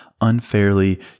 unfairly